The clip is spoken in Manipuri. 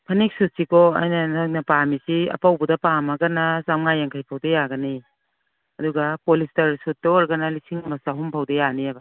ꯐꯅꯦꯛ ꯁꯨꯠꯁꯤꯀꯣ ꯑꯩꯅ ꯅꯣꯏꯅ ꯄꯥꯝꯃꯤꯁꯤ ꯑꯄꯧꯕꯗ ꯄꯥꯝꯃꯒꯅ ꯆꯃꯉꯥ ꯌꯥꯡꯈꯩꯐꯧꯗ ꯌꯥꯒꯅꯤ ꯑꯗꯨꯒ ꯄꯣꯂꯤꯁꯇꯔ ꯁꯨꯠꯇ ꯑꯣꯏꯔꯒꯅ ꯂꯤꯁꯤꯡ ꯑꯃ ꯆꯍꯨꯝ ꯐꯥꯎꯗ ꯌꯥꯅꯤꯕ